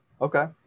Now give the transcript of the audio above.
Okay